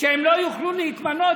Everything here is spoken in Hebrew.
שהם לא יוכלו להתמנות.